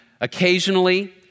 Occasionally